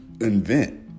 invent